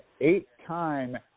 eight-time